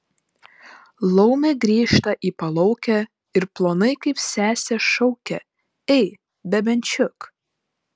laumė grįžta į palaukę ir plonai kaip sesė šaukia ei bebenčiuk